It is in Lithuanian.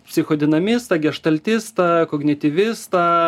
psichodinamistą geštaltistą kognityvistą